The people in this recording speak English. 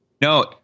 no